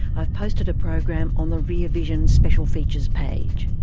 i've posted a program on the rear vision special features page.